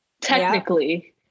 technically